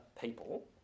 people